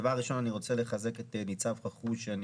דבר ראשון אני רוצה לחזק את ניצב חכרוש שאני